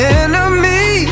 enemy